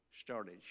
started